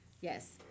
Yes